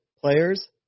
players